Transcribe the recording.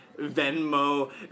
Venmo